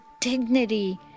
dignity